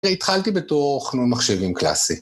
התחלתי בתור חנון מחשבים קלאסי.